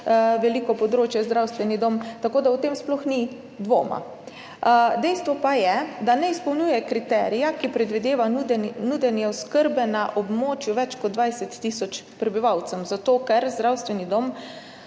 veliko področje, tako da o tem sploh ni dvoma. Dejstvo pa je, da ne izpolnjuje kriterija, ki predvideva nudenje oskrbe na območju več kot 20 tisoč prebivalcem, zato ker zdravstveni dom